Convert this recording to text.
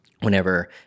Whenever